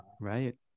Right